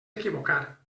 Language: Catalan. equivocar